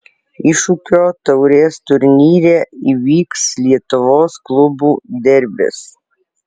iššūkio taurės turnyre įvyks lietuvos klubų derbis